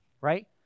right